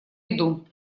иду